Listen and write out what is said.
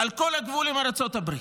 על כל הגבול עם ארצות הברית.